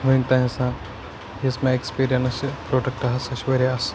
وُنیُک تانۍ ہسا یۄس مےٚ ایٚکٕسپیٖریَنٕس چھِ پرٛوڈَکٹہٕ ہَسا چھُ واریاہ اصٕل